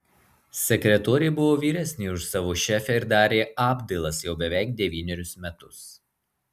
sekretorė buvo vyresnė už savo šefę ir darė apdailas jau beveik devynerius metus